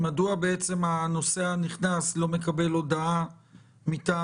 מדוע הנוסע הנכנס לא מקבל הודעה מטעם